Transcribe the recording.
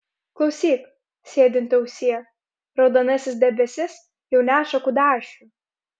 klausyk sėdinti ausie raudonasis debesis jau neša kudašių